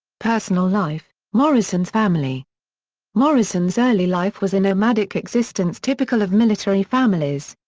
personal life morrison's family morrison's early life was a nomadic existence typical of military families.